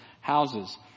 houses